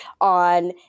on